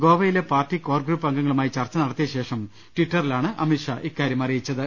ഗോവയിലെ party core group അംഗങ്ങളുമായി ചർച്ച ന ടത്തിയ ശേഷം ട്വിറ്ററിലാണ് അമിത്ഷാ ഇക്കാര്യം അറിയിച്ചത്